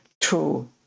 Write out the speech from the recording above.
true